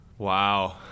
Wow